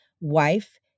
wife